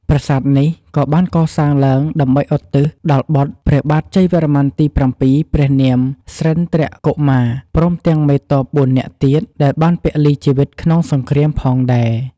ប្រាសាទនេះក៏បានកសាងឡើងដើម្បីឧទ្ទិសដល់បុត្រព្រះបាទជ័យវរ្ម័នទី៧ ព្រះនាម ស្រិន្ទ្រកុមារ ព្រមទាំងមេទ័ពបួននាក់ទៀតដែលបានពលីជីវិតក្នុងសង្គ្រាមផងដែរ។